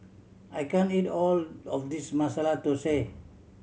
I can't eat all of this Masala Thosai